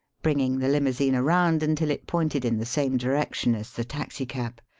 bringing the limousine around until it pointed in the same direction as the taxicab.